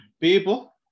people